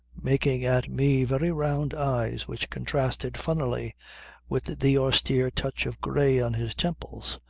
making at me very round eyes which contrasted funnily with the austere touch of grey on his temples,